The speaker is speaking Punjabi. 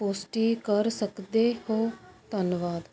ਪੁਸ਼ਟੀ ਕਰ ਸਕਦੇ ਹੋ ਧੰਨਵਾਦ